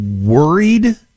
worried